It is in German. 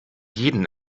jeden